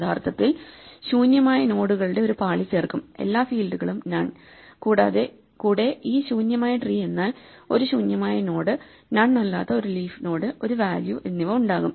യഥാർത്ഥത്തിൽ ശൂന്യമായ നോഡുകളുടെ ഒരു പാളി ചേർക്കും എല്ലാ ഫീൽഡുകളും നൺ കൂടെ ഈ ശൂന്യമായ ട്രീ എന്നാൽ ഒരു ശൂന്യമായ നോഡ് നൺ അല്ലാത്ത ഒരു ലീഫ് നോഡ് ഒരു വാല്യൂ എന്നിവ ഉണ്ടാകും